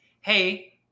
hey